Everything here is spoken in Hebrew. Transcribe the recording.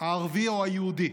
הערבי או היהודי,